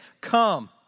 Come